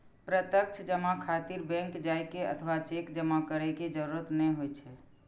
प्रत्यक्ष जमा खातिर बैंक जाइ के अथवा चेक जमा करै के जरूरत नै होइ छै